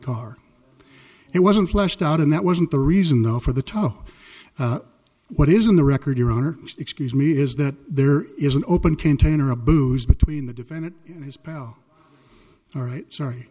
car it wasn't fleshed out and that wasn't the reason though for the tow what is on the record your honor excuse me is that there is an open container a booze between the defendant and his pal all right sorry